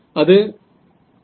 அது 0